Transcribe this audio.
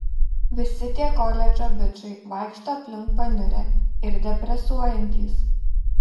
visi tie koledžo bičai vaikšto aplink paniurę ir depresuojantys